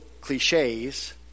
cliches